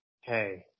Hey